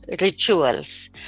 rituals